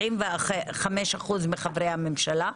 ב-75% מחברי הממשלה,